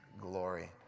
glory